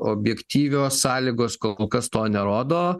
objektyvios sąlygos kol kas to nerodo